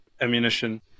ammunition